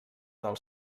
del